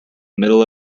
middle